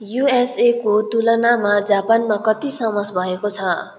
युएसएको तुलनामा जापानमा कति समस भएको छ